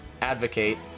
advocate